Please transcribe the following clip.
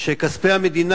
שכספי המדינה,